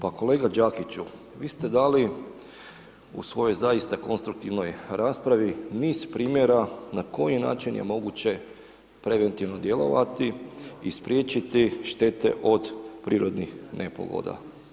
Pa kolega Đakiću, vi ste dali u svojoj zaista konstruktivnoj raspravi niz primjera na koji način je moguće preventivno djelovati i spriječiti štete od prirodnih nepogoda.